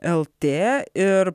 lt ir